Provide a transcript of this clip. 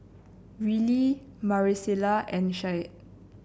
Rylee Maricela and Shad